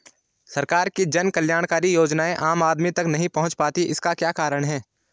सरकार की जन कल्याणकारी योजनाएँ आम आदमी तक नहीं पहुंच पाती हैं इसका क्या कारण है?